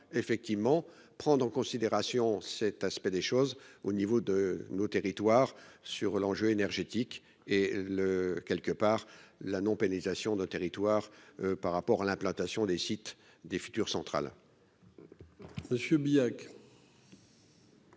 effectivement prendre en considération cet aspect des choses au niveau de nos territoires sur l'enjeu énergétique et le quelque part la non pérennisation de territoire par rapport à l'implantation des sites des futures centrales.